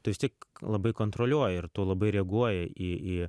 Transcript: tai vis tiek labai kontroliuoji ir tu labai reaguoji į į